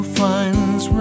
finds